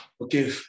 Okay